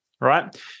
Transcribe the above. right